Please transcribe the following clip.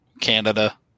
Canada